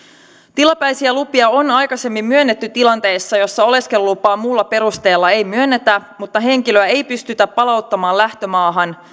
tilapäisiä lupia on aikaisemmin myönnetty tilanteessa jossa oleskelulupaa muulla perusteella ei myönnetä mutta henkilöä ei pystytä palauttamaan lähtömaahan